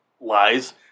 lies